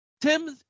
Tim's